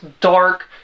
dark